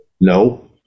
no